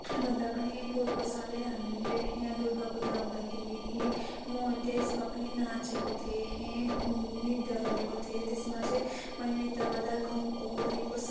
भन्दा पनि पोहोरको सालै हामीले यहाँ दुर्गापूजा हुँदाखेरि म त्यसमा पनि नाचेको थिएँ नृत्य गरेको थिएँ त्यसमा चाहिँ मैले नृत्य गर्दा गाउँभरिको